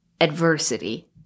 adversity